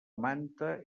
manta